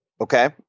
okay